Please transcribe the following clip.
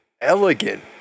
elegant